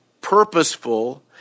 purposeful